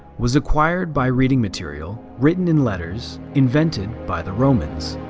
was acquired by reading material written in letters invented by the romans.